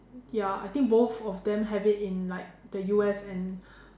ya I think both of them have it in like the U_S and